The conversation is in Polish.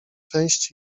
cześć